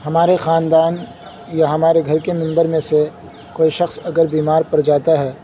ہمارے خاندان یا ہمارے گھر کے ممبر میں سے کوئی شخص اگر بیمار پڑ جاتا ہے